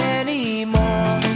anymore